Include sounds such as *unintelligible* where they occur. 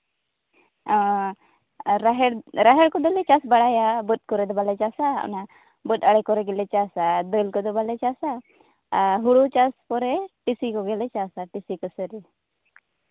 ᱚ ᱟᱨ *unintelligible* ᱨᱟᱦᱮᱲ ᱠᱚᱫᱚᱞᱮ ᱪᱟᱥ ᱵᱟᱲᱟᱭᱟ ᱵᱟᱹᱫᱽ ᱠᱚᱨᱮ ᱫᱚ ᱵᱟᱞᱮ ᱪᱟᱥᱟ ᱚᱱᱟ ᱵᱟᱹᱫᱽ ᱟᱲᱮ ᱠᱚᱨᱮ ᱜᱮᱞᱮ ᱪᱟᱥᱟ ᱫᱟᱹᱞ ᱠᱚᱫᱚ ᱵᱟᱞᱮ ᱪᱟᱥᱟ ᱟᱨ ᱦᱩᱲᱩ ᱪᱟᱥ ᱯᱚᱨᱮ ᱴᱤᱥᱤ ᱠᱚᱜᱮ ᱞᱮ ᱪᱟᱥᱼᱟ ᱴᱤᱥᱤ ᱠᱟᱹᱥᱟᱹᱨᱤ